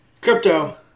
crypto